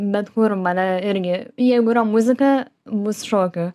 bet kur mane irgi jeigu yra muzika bus šokio